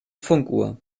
funkuhr